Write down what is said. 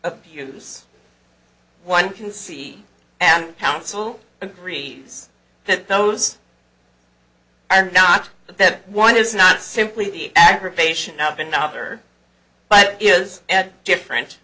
abuse one can see and counsel agree that those and not that one is not simply the aggravation out in the other but is different